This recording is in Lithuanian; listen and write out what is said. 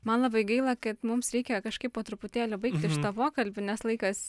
man labai gaila kad mums reikia kažkaip po truputėlį baigti šitą pokalbį nes laikas